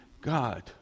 God